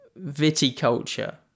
Viticulture